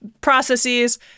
processes